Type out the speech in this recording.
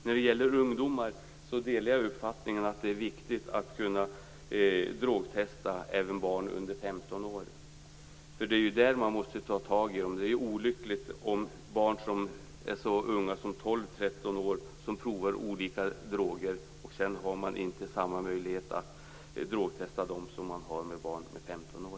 När det gäller ungdomar delar jag uppfattningen att det är viktigt att kunna drogtesta även barn under 15 år. Det är då man måste ta tag i dem. Det är olyckligt om barn som är så unga som 12-13 år provar olika droger, men man har inte samma möjlighet att drogtesta dem som man har med barn som är 15 år.